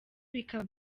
bikaba